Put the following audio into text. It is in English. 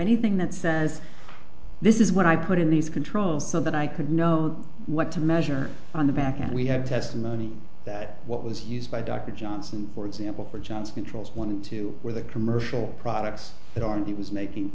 anything that says this is what i put in these controls so that i could know what to measure on the back and we have testimony that what was used by dr johnson for example for johns controls one and two where the commercial products that aren't he was making